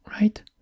right